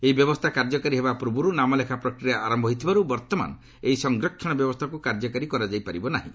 ଏହି ବ୍ୟବସ୍ଥା କାର୍ଯ୍ୟକାରୀ ହେବା ପୂର୍ବରୁ ନାମଲେଖା ପ୍ରକ୍ରିୟା ଆରମ୍ଭ ହୋଇଥିବାରୁ ବର୍ତ୍ତମାନ ଏହି ସଂରକ୍ଷଣ ବ୍ୟବସ୍ଥାକୁ କାର୍ଯ୍ୟକାରୀ କରାଯାଇପାରିବ ନାହିଁ